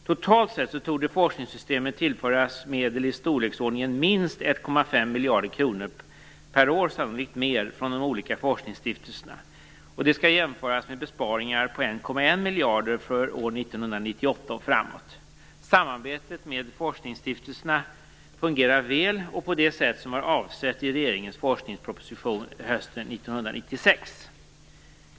Totalt sett torde forskningssystemet tillföras medel i storleksordningen minst 1,5 miljarder kronor per år, sannolikt mer, från de olika forskningsstiftelserna. Det skall jämföras med besparingar på 1,1 miljard för år 1998 och framåt. Samarbetet med forskningsstiftelserna fungerar väl och på det sätt som var avsett i regeringens forskningsproposition hösten 1996.